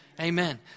Amen